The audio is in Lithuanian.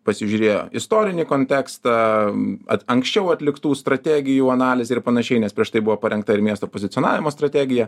pasižiūrėjo istorinį kontekstą at anksčiau atliktų strategijų analizę ir panašiai nes prieš tai buvo parengta ir miesto pozicionavimo strategija